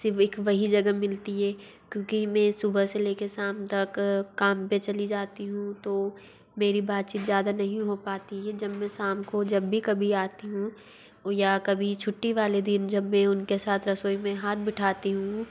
सिर्फ एक वही जगह मिलती हे क्योंकि मैं सुबह से लेकर शाम तक काम पर चली जाती हूँ तो मेरी बातचीत ज़्यादा नही हो पाती है जब मैं शाम को जब भी कभी आती हूँ या कभी छुट्टी वाले दिन जब मैं उनके साथ रसोई में हाथ बंटाती हूँ